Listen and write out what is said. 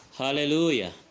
Hallelujah